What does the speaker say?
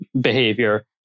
behavior